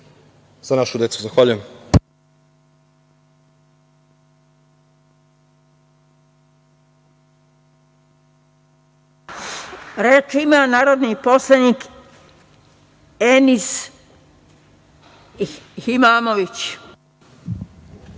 „Za našu decu“. Zahvaljujem.